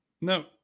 no